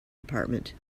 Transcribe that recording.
department